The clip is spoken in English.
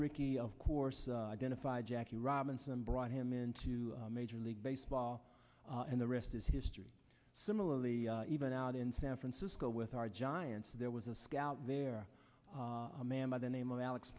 rickey of course jackie robinson brought him into major league baseball and the rest is history similarly even out in san francisco with our giants there was a scout there a man by the name of alex